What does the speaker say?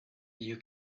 you